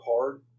hard